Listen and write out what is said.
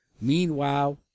Meanwhile